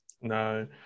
No